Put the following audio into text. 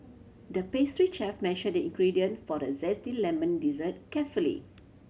the pastry chef measured the ingredient for the zesty lemon dessert carefully